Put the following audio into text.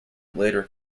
later